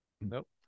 Nope